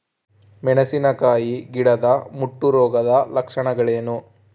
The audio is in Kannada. ಮೆಣಸಿನಕಾಯಿ ಗಿಡದ ಮುಟ್ಟು ರೋಗದ ಲಕ್ಷಣಗಳೇನು?